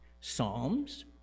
psalms